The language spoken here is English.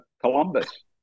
Columbus